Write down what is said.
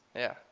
yeah.